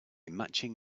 matching